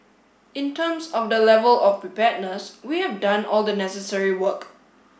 in terms of the level of preparedness we have done all the necessary work